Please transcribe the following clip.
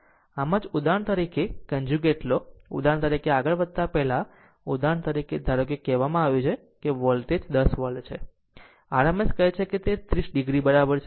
આમ જ ઉદાહરણ તરીકે કન્જુગેટ લો ઉદાહરણ તરીકે આગળ વધતા પહેલાં ઉદાહરણ તરીકે ધારો કે કહેવામાં આવ્યું છે કે વોલ્ટેજ 10 વોલ્ટ છે rms કહે છે કે તે 30 o બરાબર છે